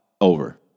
over